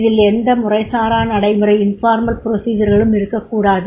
இதில் எந்த முறைசாரா நடைமுறை களும் இருக்கக்கூடாது